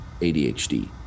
ADHD